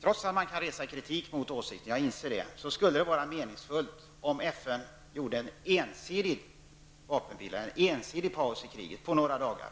Trots att man kan resa kritik mot den åsikten -- jag inser det -- tror däremot jag att det skulle vara meningsfullt om FN ensidigt gjorde en paus i kriget under några dagar,